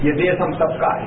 ये देश हम सबका है